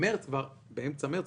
באמצע מרץ,